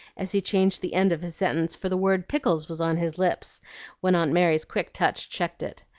as he changed the end of his sentence, for the word pickles was on his lips when aunt mary's quick touch checked it.